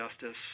justice